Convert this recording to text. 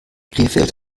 krefeld